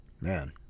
man